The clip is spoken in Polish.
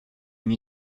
nie